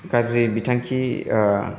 गाज्रि बिथांखि